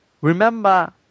remember